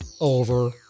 over